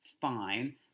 fine